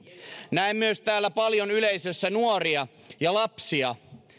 näen täällä yleisössä myös paljon nuoria ja lapsia